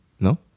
No